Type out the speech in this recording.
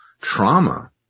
trauma